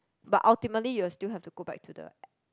but ultimately you still have to go back to the